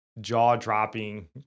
jaw-dropping